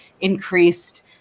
increased